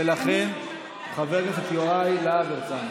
ולכן, חבר הכנסת יוראי להב הרצנו.